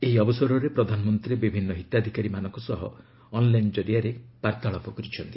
ଏହି ଅବସରରେ ପ୍ରଧାନମନ୍ତ୍ରୀ ବିଭିନ୍ନ ହିତାଧିକାରୀମାନଙ୍କ ସହ ଅନ୍ଲାଇନ ଜରିଆରେ ବାର୍ତ୍ତାଳାପ କରିଛନ୍ତି